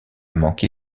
manqué